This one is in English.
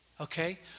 Okay